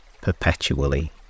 perpetually